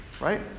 right